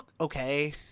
okay